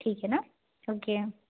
ठीक है न ओके